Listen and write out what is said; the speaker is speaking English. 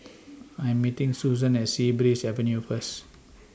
I Am meeting Suzan At Sea Breeze Avenue First